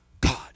God